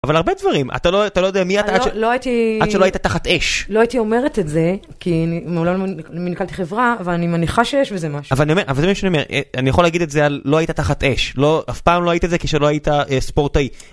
אבל הרבה דברים, אתה לא, אתה לא יודע מי אתה, לא לא הייתי... עד שלא היית תחת אש. לא הייתי אומרת את זה, כי מעולם לא מנכלתי חברה, אבל אני מניחה שיש בזה משהו. אבל אני אומר, אבל זה מה שאני אומר, אני יכול להגיד את זה על לא היית תחת אש. לא, אף פעם לא היית את זה כשלא היית ספורטאי.